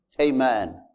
Amen